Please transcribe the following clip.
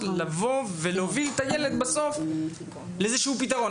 לבוא ולהוביל את הילד בסוף לאיזשהו פתרון?